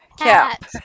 Cap